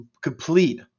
complete